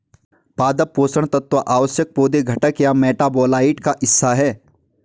पादप पोषण तत्व आवश्यक पौधे घटक या मेटाबोलाइट का हिस्सा है